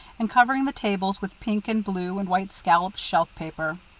and covering the tables with pink and blue and white scalloped shelf-paper.